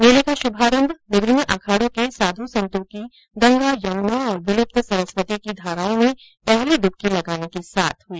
मेले का शुभारंभ विभिन्न अखाड़ों के साधु संतों की गंगा यमुना और विलुप्त सरस्वती की धाराओं में पहली डुबकी लगाने के साथ हुआ